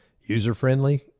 User-friendly